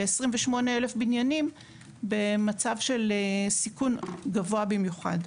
כ-28,000 בניינים במצב של סיכון גבוה במיוחד.